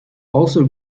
also